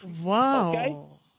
Wow